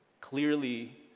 clearly